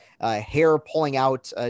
hair-pulling-out